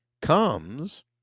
comes